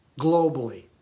globally